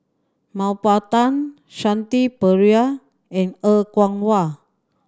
Mah Bow Tan Shanti Pereira and Er Kwong Wah